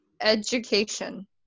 education